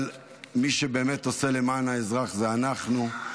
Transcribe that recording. אבל מי שבאמת עושה למען האזרח זה אנחנו.